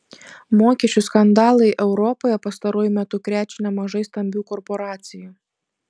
mokesčių skandalai europoje pastaruoju metu krečia nemažai stambių korporacijų